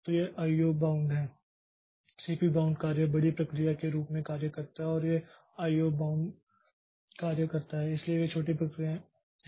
तो यह IO bound है CPU बाउंड कार्य बड़ी प्रक्रिया के रूप में कार्य करता है और यह IO बाउंड कार्य करता है इसलिए वे छोटी प्रक्रियाएँ हैं